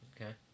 Okay